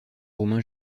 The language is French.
romain